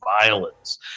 violence